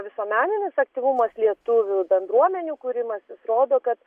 visuomeninis aktyvumas lietuvių bendruomenių kūrimasis rodo kad